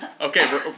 Okay